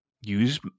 Use